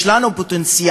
יש לנו פוטנציאל